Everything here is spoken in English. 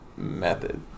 Method